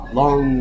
long